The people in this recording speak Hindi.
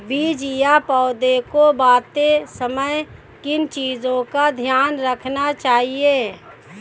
बीज या पौधे को बोते समय किन चीज़ों का ध्यान रखना चाहिए?